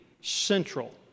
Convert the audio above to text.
central